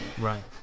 Right